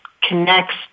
connects